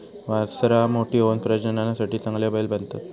वासरां मोठी होऊन प्रजननासाठी चांगले बैल बनतत